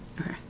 Okay